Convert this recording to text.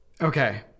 okay